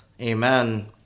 Amen